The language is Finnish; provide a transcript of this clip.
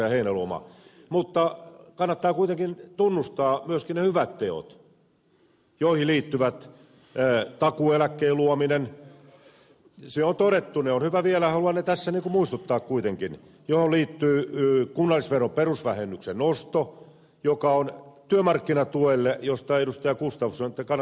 heinäluoma mutta kannattaa kuitenkin tunnustaa myöskin ne hyvät teot joihin liittyy takuueläkkeen luominen se on todettu haluan niistä tässä muistuttaa kuitenkin joihin liittyy kunnallisveron perusvähennyksen nosto joka merkitsee työmarkkinatukeen josta te ed